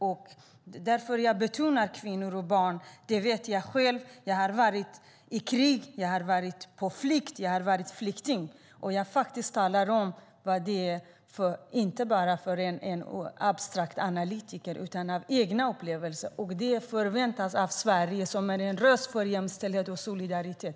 Jag betonar situationen för kvinnor och barn. Jag vet själv hur det är. Jag har varit i krig och på flykt. Jag har varit flykting. Jag talar om hur det är inte som en abstrakt analytiker utan utifrån egna upplevelser. Det förväntas att Sverige är en röst för jämställdhet och solidaritet.